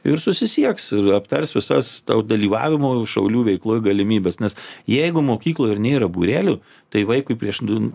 ir susisieks ir aptars visas dalyvavimo šaulių veikloje galimybes nes jeigu mokykloje ir nėra būrelio tai vaikui prieš du